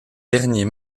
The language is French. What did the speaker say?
dernier